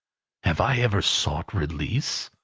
have i ever sought release?